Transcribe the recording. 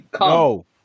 No